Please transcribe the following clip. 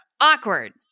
awkward